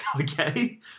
Okay